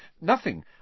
Nothing